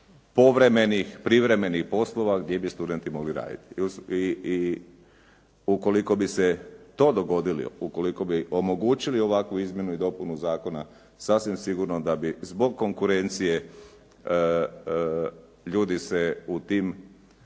povremenih privremenih poslova gdje bi studenti mogli raditi i ukoliko bi se to dogodilo, ukoliko bi omogućili ovakvu izmjenu i dopunu zakona, sasvim sigurno da bi zbog konkurencije ljudi se u tim